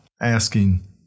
Asking